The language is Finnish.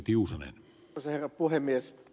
arvoisa herra puhemies